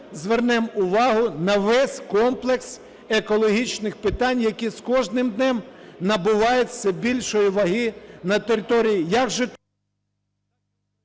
звернемо увагу на весь комплекс екологічних питань, які з кожним днем набувають все більшої ваги на території